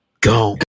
Go